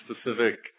specific